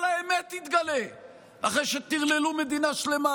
כל האמת תתגלה אחרי שטרללו מדינה שלמה,